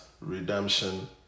redemption